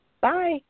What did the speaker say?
Bye